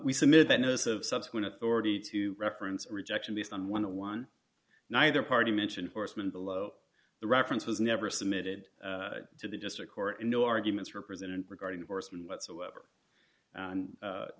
we submitted that notice of subsequent authority to reference a rejection based on one to one neither party mention foresman below the reference was never submitted to the district court in new arguments represented regarding horsemen whatsoever